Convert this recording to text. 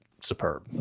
superb